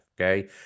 okay